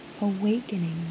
awakening